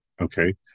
okay